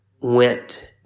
went